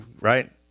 Right